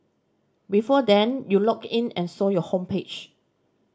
before then you logged in and saw your homepage